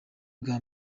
bwa